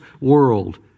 world